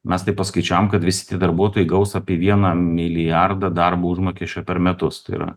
mes taip paskaičiavom kad visi tie darbuotojai gaus apie vieną milijardą darbo užmokesčio per metus tai yra